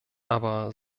aber